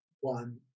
one